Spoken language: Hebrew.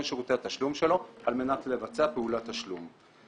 שירותי התשלום שלו על מנת לבצע פעולת תשלום.